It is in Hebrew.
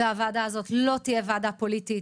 והוועדה הזאת לא תהיה ועדה פוליטית.